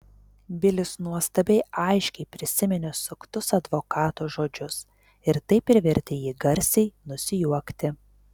bilis nuostabiai aiškiai prisiminė suktus advokato žodžius ir tai privertė jį garsiai nusijuokti